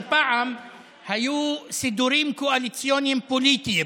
שפעם היו סידורים קואליציוניים פוליטיים,